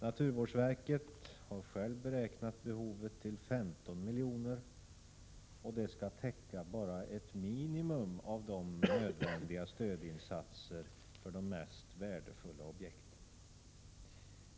Naturvårdsverket har beräknat behovet till 15 milj.kr., och det skall täcka bara ett minimum av de nödvändiga stödinsatserna för de mest värdefulla objekten.